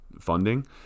funding